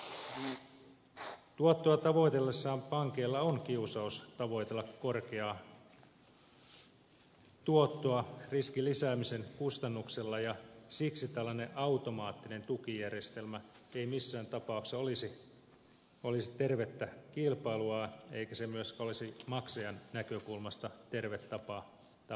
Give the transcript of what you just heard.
tuottoa tavoitellessaan pankeilla on kiusaus tavoitella korkeaa tuottoa riskin lisäämisen kustannuksella ja siksi tällainen automaattinen tukijärjestelmä ei missään tapauksessa olisi tervettä kilpailua eikä se myöskään olisi maksajan näkökulmasta terve tapa toimia